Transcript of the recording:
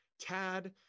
Tad